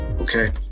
Okay